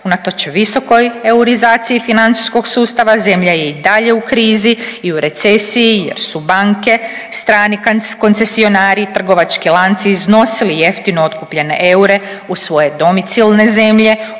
unatoč visokoj eurizaciji financijskog sustava, zemlja je i dalje u krizi i u recesiji jer su banke, strani koncesionari, trgovački lanci iznosili jeftino otkupljene eure u svoje domicilne zemlje